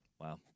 Wow